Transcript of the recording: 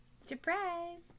Surprise